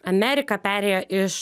amerika perėjo iš